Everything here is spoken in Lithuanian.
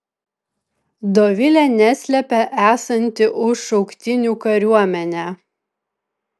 dovilė neslepia esanti už šauktinių kariuomenę